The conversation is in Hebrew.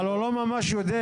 אבל היא לא ממש יודעת.